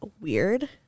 weird